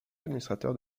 administrateurs